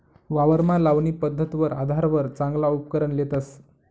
वावरमा लावणी पध्दतवर आधारवर चांगला उपकरण लेतस